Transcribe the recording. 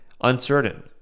uncertain